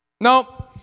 No